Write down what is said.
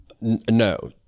no